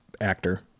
actor